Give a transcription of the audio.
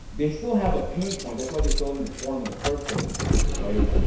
they still have a pain point, that's why they fill in in the form in the first place right.